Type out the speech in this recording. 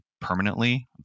permanently